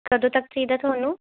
ਕਦੋਂ ਤੱਕ ਚਾਹੀਦਾ ਤੁਹਾਨੂੰ